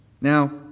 Now